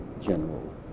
general